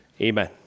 Amen